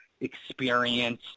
experience